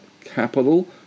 Capital